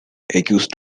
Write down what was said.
accused